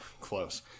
close